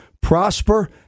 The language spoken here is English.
prosper